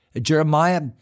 Jeremiah